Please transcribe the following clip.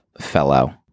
fellow